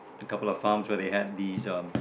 a couple of farms where they had these um